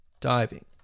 diving